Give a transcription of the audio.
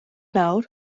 nawr